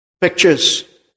pictures